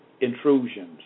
intrusions